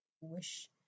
wish